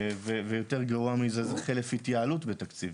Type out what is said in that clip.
ויותר גרוע מזה, זה חלף התייעלות בתקציב.